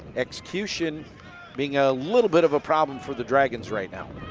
execution being a little bit of a problem for the dragons right now.